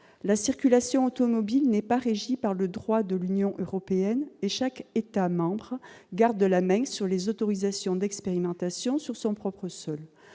La circulation automobile n'est pas régie par le droit de l'Union européenne et chaque État membre garde la main sur les autorisations d'expérimentation sur son propre sol.